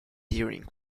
during